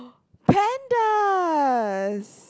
pandas